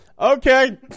Okay